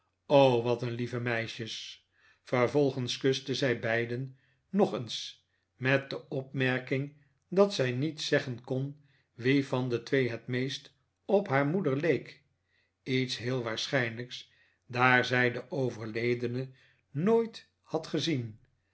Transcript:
o wat een lieve meisjes vervolgens kuste zij beiden nog eens met de opmerking dat zij niet zeggen kon wie van de twee het meest op haar moeder leek iets heel waarschijnlijks daar zij de overledene nooit had gezien